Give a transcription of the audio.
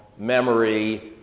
memory,